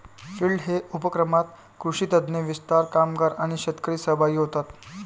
field day उपक्रमात कृषी तज्ञ, विस्तार कामगार आणि शेतकरी सहभागी होतात